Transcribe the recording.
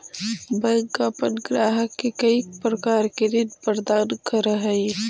bank अपन ग्राहक के कईक प्रकार के ऋण प्रदान करऽ हइ